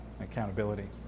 accountability